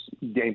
game